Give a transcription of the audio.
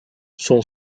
son